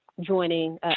joining